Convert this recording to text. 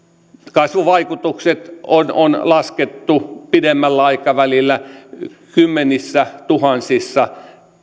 kasvuvaikutukset on on laskettu pidemmällä aikavälillä kymmenissätuhansissa